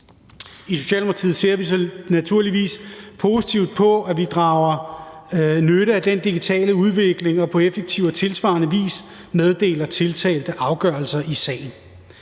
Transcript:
I Socialdemokratiet ser vi naturligvis positivt på, at vi drager nytte af den digitale udvikling og på effektiv og tilsvarende vis meddeler tiltalte om afgørelser af sagen.